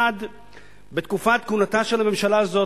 1. בתקופת כהונתה של הממשלה הזאת,